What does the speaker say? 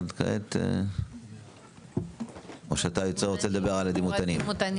או שאתה רוצה לדבר על הדימותנים?